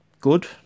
good